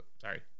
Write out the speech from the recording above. Sorry